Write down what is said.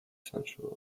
sensual